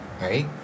Right